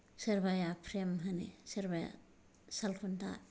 सोरबाया फ्रेम होनो सोरबाया सालखुन्था